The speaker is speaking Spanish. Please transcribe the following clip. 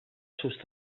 sus